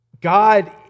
God